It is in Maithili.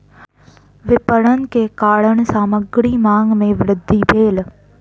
विपरण के कारण सामग्री मांग में वृद्धि भेल